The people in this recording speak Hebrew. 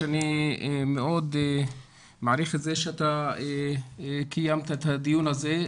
אני מאוד מעריך את זה שאתה קיימת את הדיון הזה,